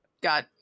Got